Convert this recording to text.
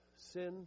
Sin